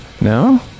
No